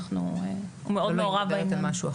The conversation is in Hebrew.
הוא מאוד מעורב בעניין.